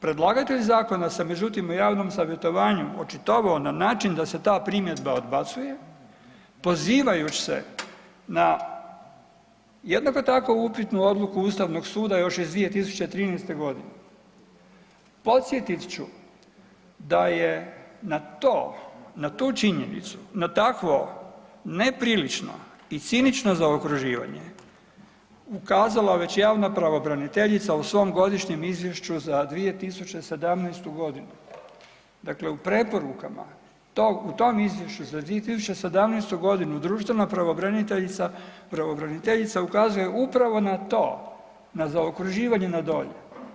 Predlagatelj zakona se međutim u javnom savjetovanju očitovao na način da se ta primjedba odbacuje pozivajuć se na jednako tako upitnu odluku ustavnog suda još iz 2013.g. Podsjetit ću da je na to, na tu činjenicu, na takvo neprilično i cinično zaokruživanje ukazala već javna pravobraniteljica u svom godišnjem izvješću za 2017.g. Dakle u preporukama u tom izvješću za 2017.g. društvena pravobranitelja, pravobraniteljica ukazuje upravo na to na zaokruživanje na dolje.